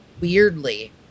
weirdly